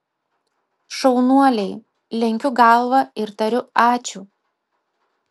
šaunuoliai lenkiu galvą ir tariu ačiū